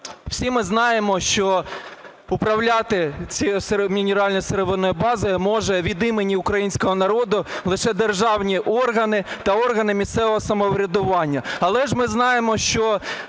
Всі ми знаємо, що управляти цією мінерально-сировинною базою можуть від імені українського народу лише державні органи та органи місцевого самоврядування. Але ж ми знаємо, що